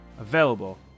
available